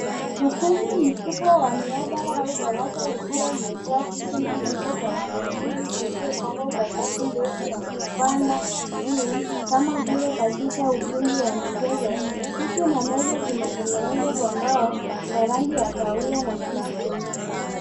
Ukumbi mkubwa wa mihadhara au darasa likiwa limejaa viti na meza za wanafunzi zilizopangwa kwa safu ndefu na kupanda juu kama vile katika ukumbi wa michezo. Viti na meza zimetengenezwa kwa mbao za rangi ya kahawia na chuma jeusi.